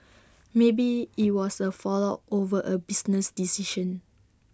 maybe IT was A fallout over A business decision